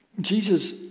Jesus